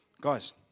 guys